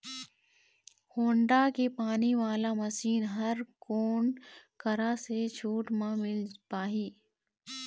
Honda के पानी वाला मशीन हर कोन करा से छूट म मिल पाही?